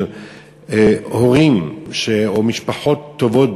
של הורים או משפחות טובות,